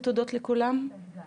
וגל